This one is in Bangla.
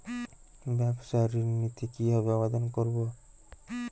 ব্যাবসা ঋণ নিতে কিভাবে আবেদন করব?